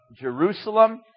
Jerusalem